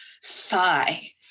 sigh